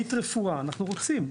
עמית רפואה, אנחנו רוצים.